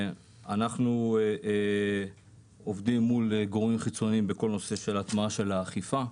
אנחנו עובדים מול גורמים חיצוניים בכל הנושא של הטמעה של האכיפה.